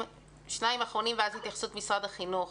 שניים אחרונים ואז נשמע את התייחסות משרד החינוך.